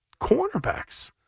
cornerbacks